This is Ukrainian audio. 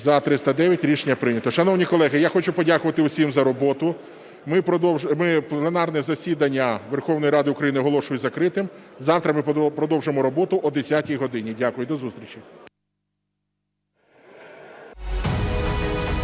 За-309 Рішення прийнято. Шановні колеги, я хочу подякувати всім за роботу. Пленарне засідання Верховної Ради України оголошую закритим. Завтра ми продовжимо роботу о 10 годині. Дякую. До зустрічі.